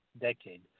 decade